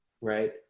right